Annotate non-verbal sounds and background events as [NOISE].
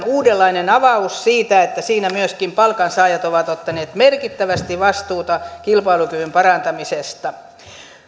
[UNINTELLIGIBLE] uudenlainen avaus siitä että siinä myöskin palkansaajat ovat ottaneet merkittävästi vastuuta kilpailukyvyn parantamisesta